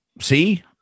see